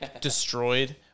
destroyed